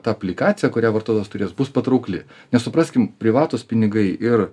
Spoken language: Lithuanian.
tą aplikaciją kurią vartotojas turės bus patraukli nes supraskim privatūs pinigai ir